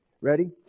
Ready